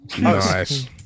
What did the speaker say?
Nice